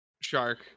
Shark